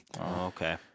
Okay